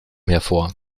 hervor